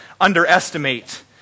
underestimate